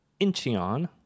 Incheon